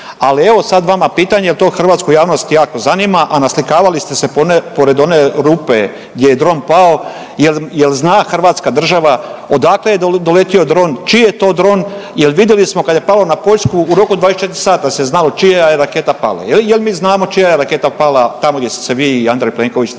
ali evo, sad vama pitanje jer to hrvatsku javnost jako zanima, a naslikavali ste se pored one rupe gdje je dron pao, je li zna hrvatska država odakle je doletio dron, čiji je to dron jer vidjelo smo, kad je pao na Poljsku, u roku 24 sata se znalo čija je raketa pala. Je li mi znamo čija je raketa pala tamo gdje ste se vi i Andrej Plenković naslikavali